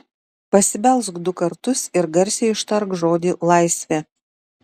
pasibelsk du kartus ir garsiai ištark žodį laisvė